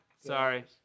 Sorry